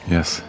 Yes